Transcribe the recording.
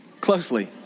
closely